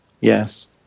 Yes